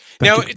Now